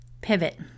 pivot